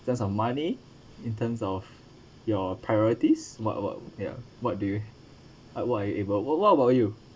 sense of money in terms of your priorities what what ya what do you what are you able what what about you